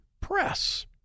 press